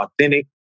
authentic